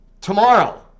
Tomorrow